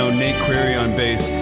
so nate query on bass,